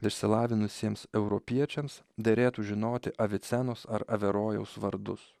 išsilavinusiems europiečiams derėtų žinoti avicenos ar averojaus vardus